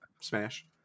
Smash